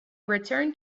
returned